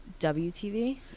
WTV